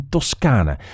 Toscane